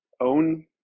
own